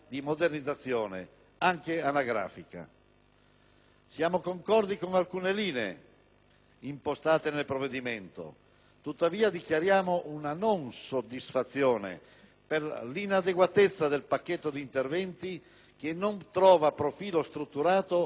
anche anagrafica. Siamo concordi con alcune linee impostate nel provvedimento; tuttavia dichiariamo una non soddisfazione per l'inadeguatezza del pacchetto di interventi, che non trova profilo strutturato ad una domanda,